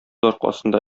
аркасында